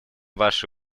ваши